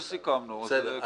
חברים, אני מבקש להעלות